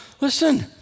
listen